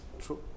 True